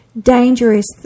dangerous